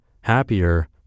happier